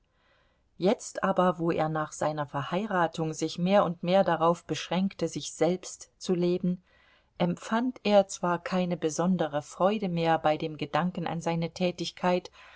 jetzt aber wo er nach seiner verheiratung sich mehr und mehr darauf beschränkte sich selbst zu leben empfand er zwar keine besondere freude mehr bei dem gedanken an seine tätigkeit